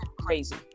crazy